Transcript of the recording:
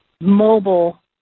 mobile